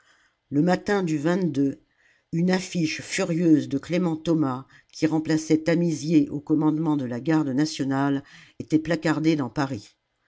le matin du une affiche furieuse de clément thomas qui remplaçait tamisier au commandement de la garde nationale était placardée dans paris